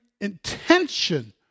intention